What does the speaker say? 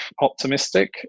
optimistic